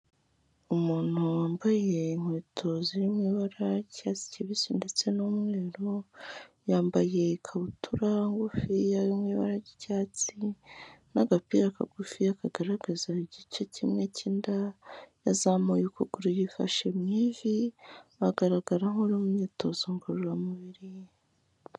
Umuntu wambaye inkweto ziri mu ibara ry'icyatsi kibisi ndetse n'umweru, yambaye ikabutura ngufiya yo mu ibara ry'icyatsi n'agapira kagufiya, kagaragaza igice kimwe cy'inda, yazamuye ukuguru yifashe mu ivi, agaragara nk'uri mu myitozo ngororamubiri.